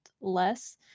less